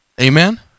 amen